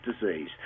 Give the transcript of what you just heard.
disease